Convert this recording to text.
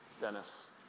Dennis